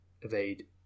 Evade